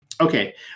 Okay